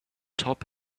top